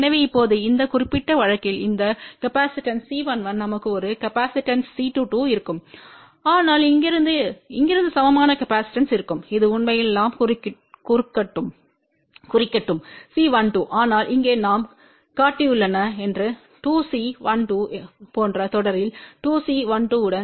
எனவே இப்போது இந்த குறிப்பிட்ட வழக்கில் இந்த காப்பாசிட்டன்ஸ் C11 நமக்கு ஒரு காப்பாசிட்டன்ஸ் C22இருக்கும் ஆனால் இங்கிருந்து இங்கிருந்து சமமான காப்பாசிட்டன்ஸ் இருக்கும் இது உண்மையில் நாம் குறிக்கட்டும் C12 ஆனால் இங்கே நாம் காட்டியுள்ளன என்று 2 C12 போன்ற தொடரில் 2 C 12 யுடன்